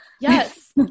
Yes